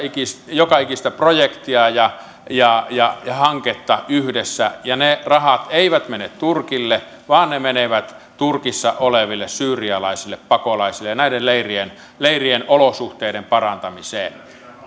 joka ikistä projektia ja ja hanketta yhdessä ne rahat eivät mene turkille vaan ne menevät turkissa oleville syyrialaisille pakolaisille ja näiden leirien leirien olosuhteiden parantamiseen